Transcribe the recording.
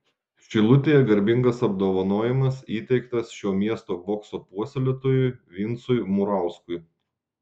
šilutėje garbingas apdovanojimas įteiktas šio miesto bokso puoselėtojui vincui murauskui